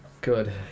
Good